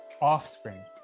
offspring